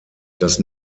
das